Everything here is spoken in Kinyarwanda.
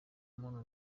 muntu